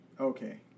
Okay